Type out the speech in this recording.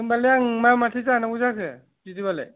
होनबालाय आं मा माथो जानांगौ जाखो बिदिबालाय